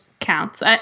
counts